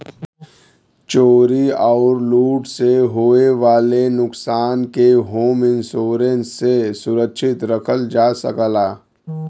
चोरी आउर लूट से होये वाले नुकसान के होम इंश्योरेंस से सुरक्षित रखल जा सकला